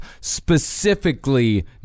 specifically